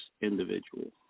individual